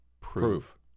Proof